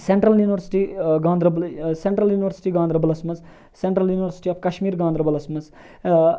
central university Ganderbal central university گاندَربَلَس مَنٛز central university of Kashmir گاندَربَلَس مَنٛز